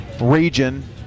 region